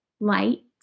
light